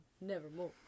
nevermore